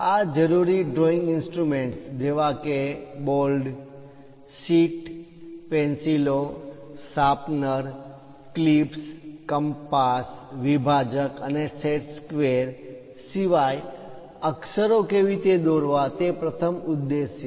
આ જરૂરી drawing instruments જેવા કે બોલ્ડ શીટ પેન્સિલો શાર્પનર ક્લિપ્સ કંપાસ વિભાજક અને સેટ સ્ક્વેર સિવાય અક્ષરો કેવી રીતે દોરવા તે પ્રથમ ઉદ્દેશ છે